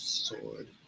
sword